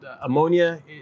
Ammonia